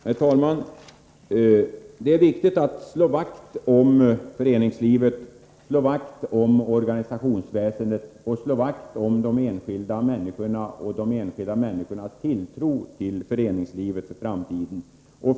Herr talman! Det är viktigt att slå vakt om föreningslivet, slå vakt om organisationsväsendet, om de enskilda människorna och deras tilltro till föreningslivet i framtiden.